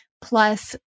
Plus